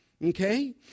Okay